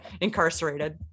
incarcerated